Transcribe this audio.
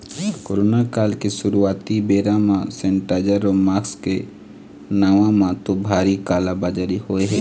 corona काल के शुरुआती बेरा म सेनीटाइजर अउ मास्क के नांव म तो भारी काला बजारी होय हे